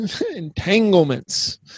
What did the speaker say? Entanglements